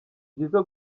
byiza